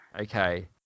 Okay